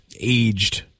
aged